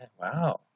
wow